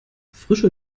frische